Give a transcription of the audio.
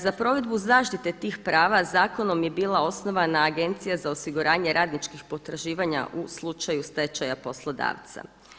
Za provedbu zaštite tih prava zakonom je bila osnovana Agencija za osiguranje radničkih potraživanja u slučaju stečaja poslodavca.